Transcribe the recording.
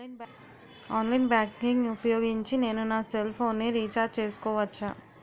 Online banking ఊపోయోగించి నేను నా సెల్ ఫోను ని రీఛార్జ్ చేసుకోవచ్చా?